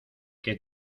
que